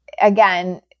again